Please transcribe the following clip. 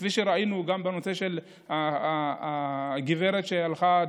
כפי שראינו גם בנושא של הגברת שהלכה,